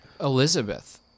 Elizabeth